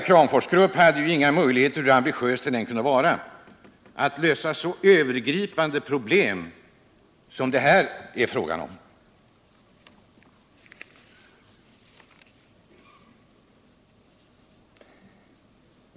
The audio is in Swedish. Kramforsgruppen hade ju inga möjligheter, hur ambitiös den än kunde vara, att lösa så övergripande problem som det här är fråga om.